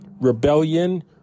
rebellion